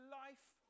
life